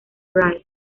bray